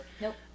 Nope